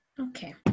Okay